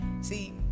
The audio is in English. see